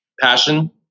passion